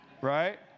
right